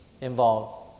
involved